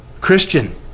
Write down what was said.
Christian